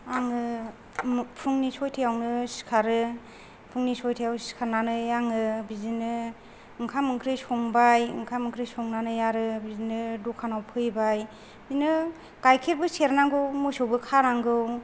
आङो फुंनि सयथायावनो सिखारो फुंनि सयथायाव सिखारनानै आङो बिदिनो ओंखाम ओंख्रि संबाय ओंखाम ओंख्रि संनानै आरो बिदिनो दखानाव फैबाय बिदिनो गाइखेरबो सेरनांगौ मोसौबो खानांगौ